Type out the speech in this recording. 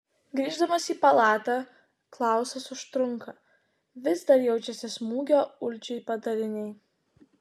grįždamas į palatą klausas užtrunka vis dar jaučiasi smūgio uldžiui padariniai